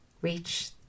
reach